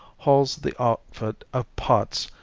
hauls the outfit of pots,